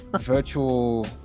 virtual